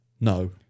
No